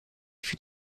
für